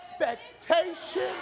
expectation